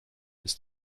ist